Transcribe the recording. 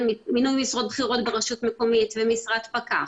מינוי משרות בכירות ברשות מקומית ומשרת פקח,